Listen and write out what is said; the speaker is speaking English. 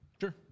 Sure